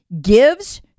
gives